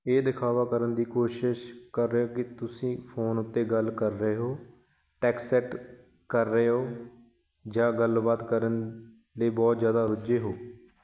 ਇਹ ਦਿਖਾਵਾ ਕਰਨ ਦੀ ਕੋਸ਼ਿਸ਼ ਕਰ ਰਹੇ ਹੋ ਕਿ ਤੁਸੀਂ ਫੋਨ ਉੱਤੇ ਗੱਲ ਕਰ ਰਹੇ ਹੋ ਟੈਕਸਟ ਕਰ ਰਹੇ ਹੋ ਜਾਂ ਗੱਲਬਾਤ ਕਰਨ ਲਈ ਬਹੁਤ ਜ਼ਿਆਦਾ ਰੁੱਝੇ ਹੋ